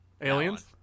Aliens